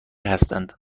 هستن